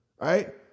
right